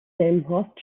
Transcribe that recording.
delmenhorst